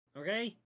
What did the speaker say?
Okay